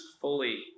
fully